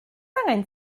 angen